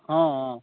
हँ हँ